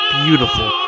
beautiful